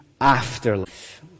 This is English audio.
afterlife